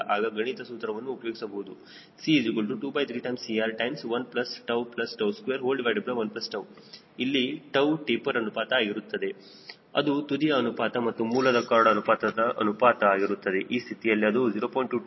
ಆಗ ಗಣಿತದ ಸೂತ್ರವನ್ನು ಉಪಯೋಗಿಸಬಹುದು C23CR121 ಇಲ್ಲಿ 𝜏 ಟೆಪರ್ ಅನುಪಾತ ಆಗುತ್ತದೆ ಅದು ತುದಿಯ ಅನುಪಾತ ಹಾಗೂ ಮೂಲದ ಕಾರ್ಡ್ ಅನುಪಾತಗಳ ಅನುಪಾತ ಆಗಿರುತ್ತದೆ ಈ ಸ್ಥಿತಿಯಲ್ಲಿ ಅದು 0